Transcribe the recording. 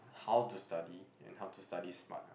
how to study and how to study smart